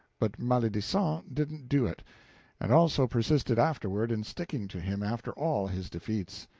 but maledisant didn't do it and also persisted afterward in sticking to him, after all his defeats.